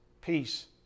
peace